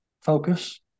focus